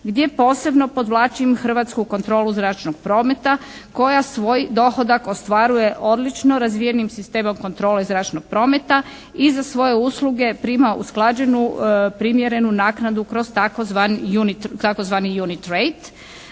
gdje posebno podvlačim Hrvatsku kontrolu zračnog prometa koja svoj dohodak ostvaruje odlično razvijenim sistemom kontrole zračnog prometa i za svoje usluge prima usklađenu, primjerenu naknadu kroz tzv. «unit trade»